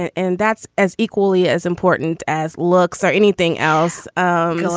and that's as equally as important as looks or anything else um oh,